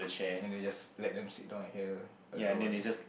and then you just let them sit down at here alone